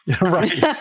right